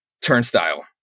Turnstile